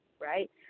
right